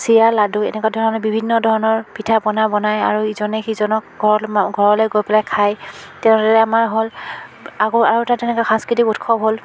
চিৰা লাড়ু এনেকুৱা ধৰণৰ বিভিন্ন ধৰণৰ পিঠাপনা বনায় আৰু ইজনে সিজনক ঘৰলৈ ঘৰলৈ গৈ পেলাই খায় তেনেদৰে আমাৰ হ'ল আকৌ আৰু এটা তেনেকৈ সাংস্কৃতিক উৎসৱ হ'ল